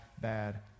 bad